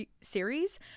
series